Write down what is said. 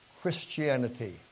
Christianity